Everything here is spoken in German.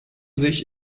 sich